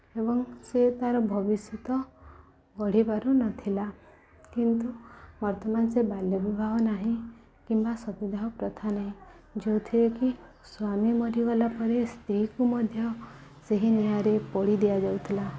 ଏବଂ ସେ ତା'ର ଭବିଷ୍ୟତ ଗଢ଼ିପାରୁନଥିଲା କିନ୍ତୁ ବର୍ତ୍ତମାନ ସେ ବାଲ୍ୟବିବାହ ନାହିଁ କିମ୍ବା ସତୀଦାହ ପ୍ରଥା ନାହିଁ ଯେଉଁଥିରେ କିି ସ୍ୱାମୀ ମରିଗଲା ପରେ ସ୍ତ୍ରୀକୁ ମଧ୍ୟ ସେହି ନିଆଁରେ ପୋଡ଼ି ଦିଆଯାଉଥିଲା